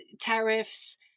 tariffs